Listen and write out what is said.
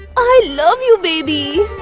i love you, baby.